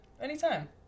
Anytime